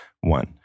One